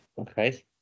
okay